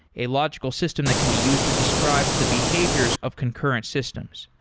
a logical system that can be used to describe the behaviors of concurrent systems.